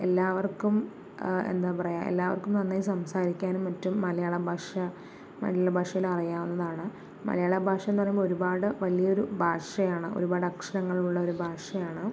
എല്ലാവർക്കും എന്താ പറയുക എല്ലാവർക്കും നന്നായി സംസാരിക്കാനും മറ്റും മലയാളം ഭാഷ മലയാള ഭാഷയിൽ അറിയാവുന്നതാണ് മലയാള ഭാഷയെന്ന് പറയുമ്പോൾ ഒരുപാട് വലിയൊരു ഭാഷയാണ് ഒരുപാട് അക്ഷരങ്ങൾ ഉള്ള ഒരു ഭാഷയാണ്